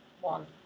one